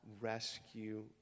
rescue